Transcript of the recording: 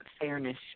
fairness